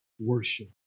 worship